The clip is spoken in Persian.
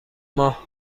ماه